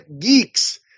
geeks